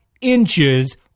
inches